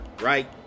right